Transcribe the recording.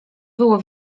było